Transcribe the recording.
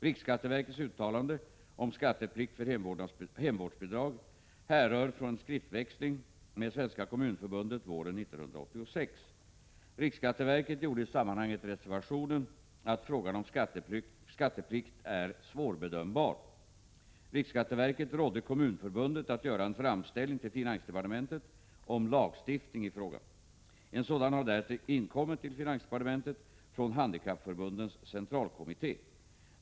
Riksskatteverkets uttalande — om skatteplikt för hemvårdsbidraget — härrör från en skriftväxling med Svenska kommunförbundet våren 1986. Riksskatteverket gjorde i sammanhanget reservation att frågan om skatteplikt är svårbedömbar. Riksskatteverket rådde Kommunförbundet att göra en framställning till finansdepartementet om lagstiftning i frågan. En sådan har därefter inkommit till finansdepartementet från Handikappförbundens centralkommitté.